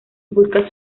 busca